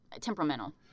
temperamental